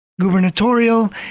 gubernatorial